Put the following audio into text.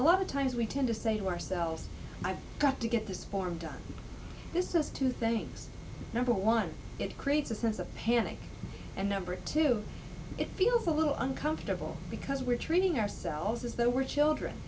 a lot of times we tend to say to ourselves i've got to get this form done this is two things number one it creates a sense of panic and number two it feels a little uncomfortable because we're treating ourself this is there were children